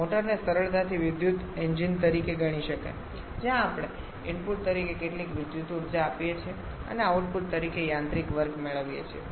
મોટરને સરળતાથી વિદ્યુત એન્જીન તરીકે ગણી શકાય જ્યાં આપણે ઇનપુટ તરીકે કેટલીક વિદ્યુત ઉર્જા આપીએ છીએ અને આઉટપુટ તરીકે યાંત્રિક વર્ક મેળવી રહ્યા છીએ